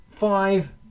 Five